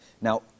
Now